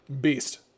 Beast